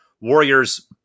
Warriors